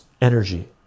energy